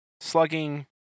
slugging